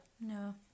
no